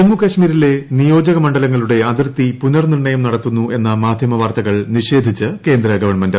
ജമ്മുകാശ്മീരിലെ നിയോജകമണ്ഡലങ്ങളുടെ അതിർത്തി പുനർ നിർണ്ണയം നടത്തുന്നു എന്ന മാധ്യമ വാർത്തകൾ നിഷേധിച്ച് കേന്ദ്ര ഗവൺമെന്റ്